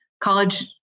college